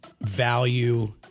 value